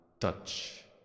touch